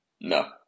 No